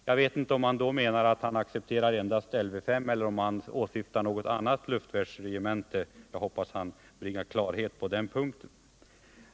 Jag vet inte om han därmed menar att han accepterar endast Lv 5, eller om han åsyftar något annat luftvärnsregemente. Jag hoppas han bringar klarhet på den punkten.